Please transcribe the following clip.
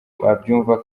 babyumva